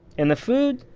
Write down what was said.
and the food.